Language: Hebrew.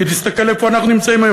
כי תסתכל איפה אנחנו נמצאים היום.